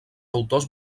autors